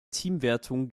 teamwertung